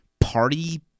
party